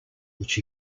which